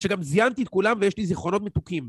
‫שגם זיינתי את כולם ‫ויש לי זיכרונות מתוקים.